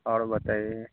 और बताइए